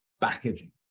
packaging